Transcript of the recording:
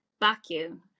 vacuum